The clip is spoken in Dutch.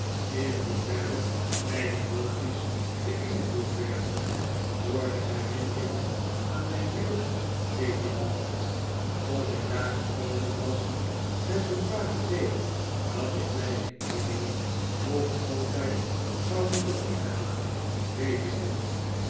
in hoeverre mijn emoties beinvloed werden door de herinneringen aan mijn jeugd weet ik niet of ik daar gekomen was met een vaag idee dat ik kleine emily nog altijd zou moeten liefhebben weet ik niet